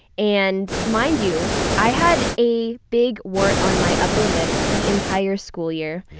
and mind you, i had a big wart on my upper lip the entire school year.